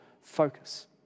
focus